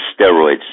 steroids